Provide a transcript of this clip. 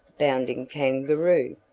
bounding kangaroo?